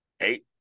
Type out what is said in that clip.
eight